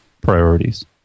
priorities